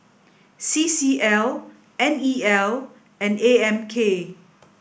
C C L N E L and A M K